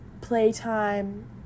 playtime